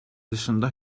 dışında